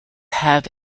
have